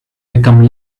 become